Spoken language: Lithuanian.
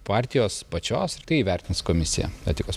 partijos pačios ir tai įvertins komisija etikos